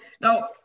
Now